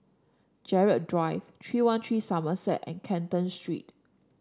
Gerald Drive three one three Somerset and Canton Street